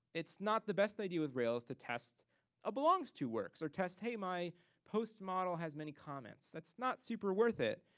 it's not the best idea with rails to test a belongs to works or test hey my post model has many comments. that's not super worth it.